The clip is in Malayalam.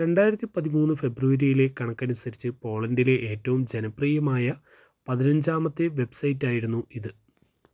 രണ്ടായിരത്തിപ്പതിമൂന്ന് ഫെബ്രുവരിയിലെ കണക്കനുസരിച്ച് പോളണ്ടിലെ ഏറ്റവും ജനപ്രിയമായ പതിനഞ്ചാമത്തെ വെബ്സൈറ്റായിരുന്നു ഇത്